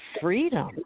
freedom